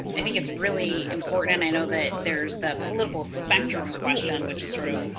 i think it's really important, and i know that there's the political spectrum question, which is sort of,